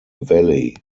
valley